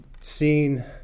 seen